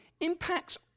impacts